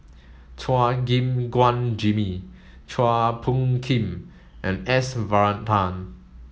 Chua Gim Guan Jimmy Chua Phung Kim and S Varathan